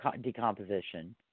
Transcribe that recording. decomposition